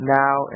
now